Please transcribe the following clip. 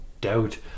doubt